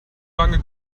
lange